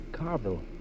Carville